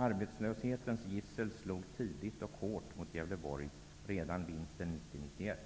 Arbetslöshetens gissel slog tidigt och hårt mot Gävleborg redan vintern 1990/91.